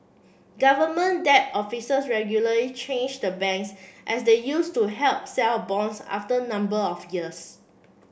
government debt officers regularly change the banks as they use to help sell bonds after a number of years